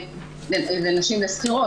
לשכירות.